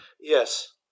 Yes